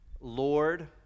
Lord